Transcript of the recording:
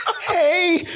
Hey